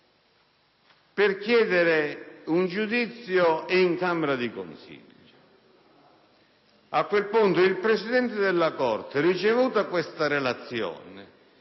per chiedere un giudizio in camera di consiglio. A quel punto il presidente della Corte, ricevuta questa relazione,